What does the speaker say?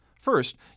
First